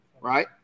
Right